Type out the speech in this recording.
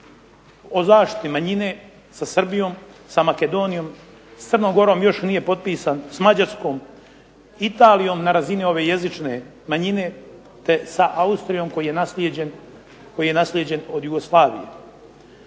o zaštiti manjine sa Srbijom, sa Makedonijom, s Crnom Gorom još nije potpisan, s Mađarskom, Italijom na razini ove jezične manjine te sa Austrijom koji je naslijeđen od Jugoslavije.